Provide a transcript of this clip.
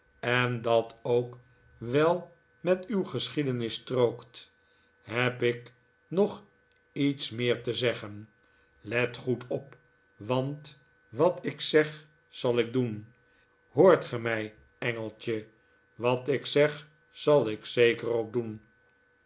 en dat ook wel met uw geschiedenis strookt heb ik nog iets meer te zeggen let goed op want wat ik zeg zal ik doen hoort ge mij engeltje wat ik zeg zal ik zeker ook doen